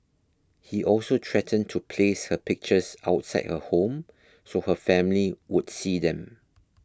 he also threatened to place her pictures outside her home so her family would see them